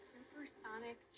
Supersonic